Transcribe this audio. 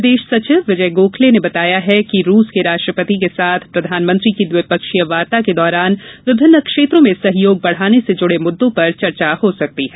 विदेश सचिव विजय गोखले ने बताया कि रूस के राष्ट्रपति के साथ प्रधानमंत्री की द्विपक्षीय वार्ता के दौरान विभिन्न क्षेत्रों में सहयोग बढ़ाने से जुड़े मुद्दों पर चर्चा हो सकती है